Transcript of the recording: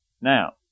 Now